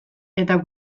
eta